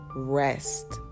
Rest